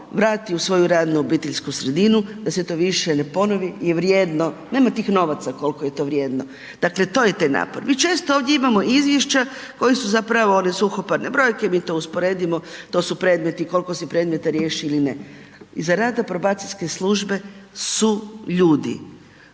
vrati u svoju radnu i obiteljsku sredinu, da se to više ne ponovi je vrijedno, nema tih novaca koliko je to vrijedno. Dakle to je taj napor. Mi često ovdje imam izvješća koju su zapravo one suhoparne brojke, mi to usporedimo, to su predmeti koliko se predmeta riješi ili ne. Iza rada probacijske službe su ljudi.